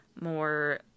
more